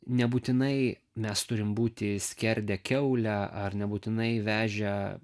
nebūtinai mes turim būti skerdę kiaulę ar nebūtinai vežę